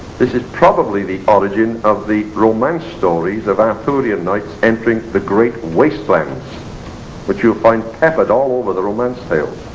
this is probably the origin of the romance stories of the arthurian knights entering the great wastelands which you'll find peppered all over the romance tales.